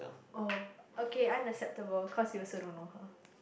oh okay unacceptable cause you also don't know her